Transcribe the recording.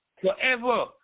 forever